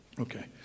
okay